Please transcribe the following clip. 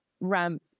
ramp